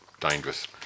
dangerous